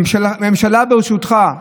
ממשלה בראשותך,